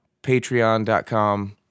patreon.com